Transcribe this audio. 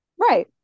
Right